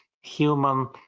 human